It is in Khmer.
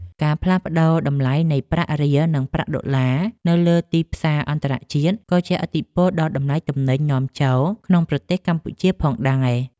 ការផ្លាស់ប្តូរតម្លៃនៃប្រាក់រៀលនិងប្រាក់ដុល្លារនៅលើទីផ្សារអន្តរជាតិ ក៏ជះឥទ្ធិពលដល់តម្លៃទំនិញនាំចូលក្នុងប្រទេសកម្ពុជាផងដែរ។